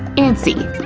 antsy.